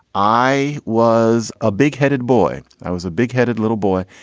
i was a big headed boy. i was a big headed little boy.